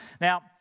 Now